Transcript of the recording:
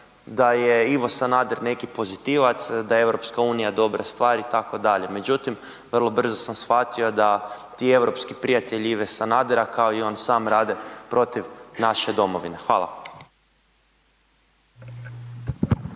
da je Ivo Sanader neki pozitivac, da je EU dobra stvar itd. Međutim, vrlo brzo sam shvatio da ti europski prijatelji Ive Sanadera, kao i on sam rade protiv naše domovine. Hvala.